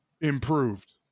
improved